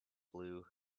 blue